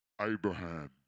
Abraham